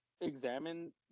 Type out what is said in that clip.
examine